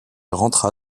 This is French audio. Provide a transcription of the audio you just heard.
rentra